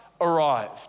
arrived